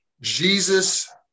Jesus